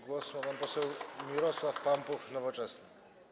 Głos ma pan poseł Mirosław Pampuch, Nowoczesna.